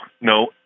no